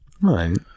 Right